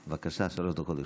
בבקשה, שלוש דקות לרשותך.